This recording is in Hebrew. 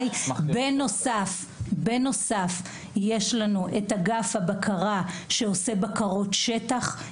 בנוסף, יש לנו את אגף הבקרה, שעושה בקרות שטח.